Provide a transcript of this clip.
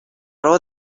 raó